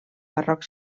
barroc